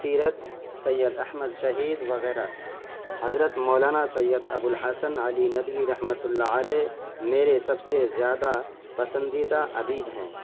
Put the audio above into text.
سیرت سید احمد شہید وغیرہ حضرت مولانا سید ابوالحسن علی ندوی رحمۃ اللہ علیہ میرے سب سے زیادہ پسندیدہ ادیب ہیں